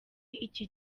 iki